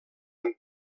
amb